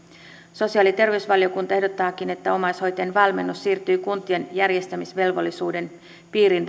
sosiaali ja terveysvaliokunta ehdottaakin että omaishoitajien valmennus siirtyy kuntien järjestämisvelvollisuuden piiriin